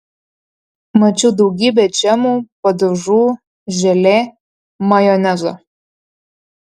mačiau daugybę džemų padažų želė majonezo